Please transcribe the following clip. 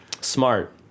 Smart